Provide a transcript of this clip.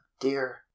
dear